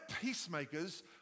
peacemakers